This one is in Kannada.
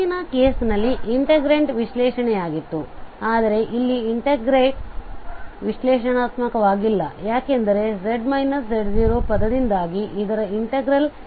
ಇಂದಿನ ಕೇಸ್ ನಲ್ಲಿ ಇಂಟಿಗ್ರಾಂಟ್ ವಿಶ್ಲೇಷಣೆಯಾಗಿತ್ತು ಆದರೆ ಇಲ್ಲಿ ಇಂಟಿಗ್ರಾಂಟ್ ವಿಶ್ಲೇಷಣಾತ್ಮಕವಾಗಿಲ್ಲ ಯಾಕೆಂದರೆ z z0 ಪದದಿಂದಾಗಿ ಇದರ ಇನ್ಟೆಗ್ರಲ್ 2πif